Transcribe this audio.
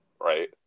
Right